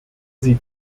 sie